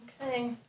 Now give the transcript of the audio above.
Okay